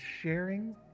sharing